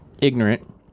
ignorant